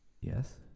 Yes